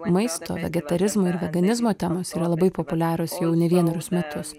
maisto vegetarizmo ir veganizmo temos yra labai populiarios jau ne vienerius metus